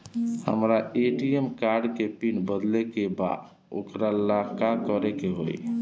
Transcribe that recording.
हमरा ATM card के PIN बदले के बा वोकरा ला का करे के होई?